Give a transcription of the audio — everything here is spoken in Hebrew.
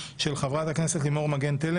(פ/2465/24) של חברי הכנסת אלכס קושניר וולדימיר בליאק,